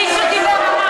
מישהו דיבר?